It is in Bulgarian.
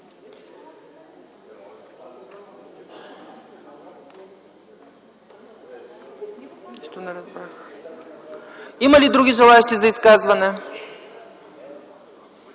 Има ли други желаещи за изказване?